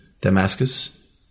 Damascus